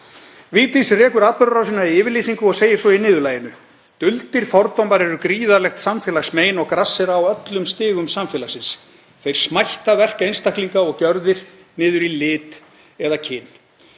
Vigdís rekur atburðarásina í yfirlýsingu og segir svo í niðurlaginu: Duldir fordómar eru gríðarlegt samfélagsmein og grassera á öllum stigum samfélagsins, þeir smætta verk einstaklinga og gjörðir niður í lit eða kyn.